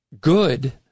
good